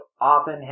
often